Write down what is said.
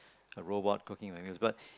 a robot cooking like this but